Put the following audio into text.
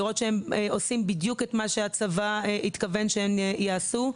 לראות שהם עושים בדיוק את מה שהצבא התכוון שהם יעשו.